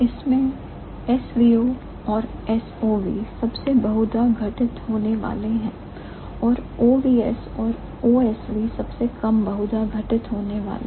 इसमें से SVO और SOV सबसे बहुधा घटित होने वाले हैं और OVS और OSV सबसे कम बहुधा घटित होने वाले